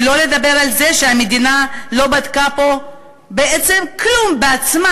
שלא לדבר על זה שהמדינה לא בדקה פה בעצם כלום בעצמה.